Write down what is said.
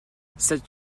cette